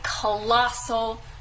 colossal